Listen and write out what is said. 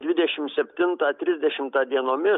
dvidešim septintą trisdešimtą dienomis